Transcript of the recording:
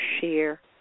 share